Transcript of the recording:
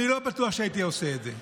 אני בהחלט לא בטוח שהייתי עושה את זה.